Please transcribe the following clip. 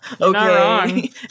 okay